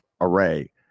array